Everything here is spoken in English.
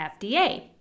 FDA